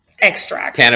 extract